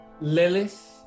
Lilith